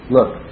Look